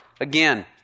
again